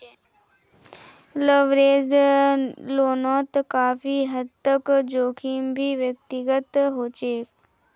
leveraged लोनोत काफी हद तक जोखिम भी व्यक्तिगत होचे